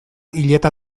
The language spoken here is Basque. hileta